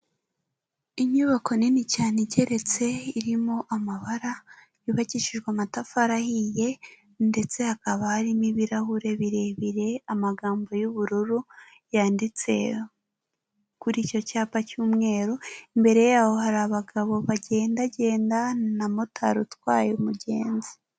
Inyubako nini cyane igeretse irimo amabara yubakishijwe amatafari ahiye ndetse hakaba harimo ibirahure birebire amagambo y'ubururu yanditse kuri icyo cyapa cy'umweru imbere y'aho hari abagabo bagendagenda na motari utwaye umugenzi.